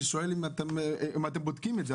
אני שואל אם אתם בודקים את זה.